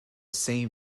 same